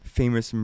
famous